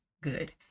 Good